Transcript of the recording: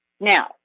Now